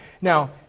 Now